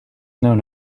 known